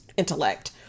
Intellect